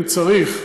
אם צריך,